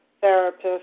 therapist